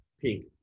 pink